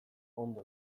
ondo